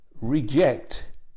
reject